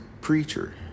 Preacher